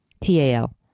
T-A-L